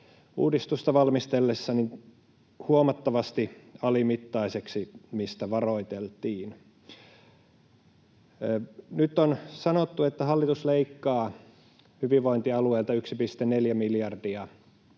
uudistusta valmistellessa huomattavasti alimittaisiksi, mistä varoiteltiin. Nyt on sanottu, että hallitus leikkaa hyvinvointialueilta 1,4 miljardia